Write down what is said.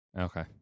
Okay